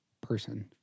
person